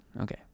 Okay